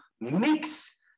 mix